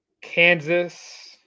Kansas